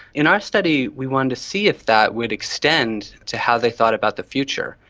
in our study we wanted to see if that would extend to how they thought about the future,